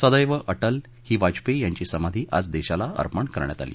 सदैव अटल ही वाजपेयी यांची समाधी आज देशाला अर्पण करण्यात आली